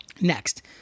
Next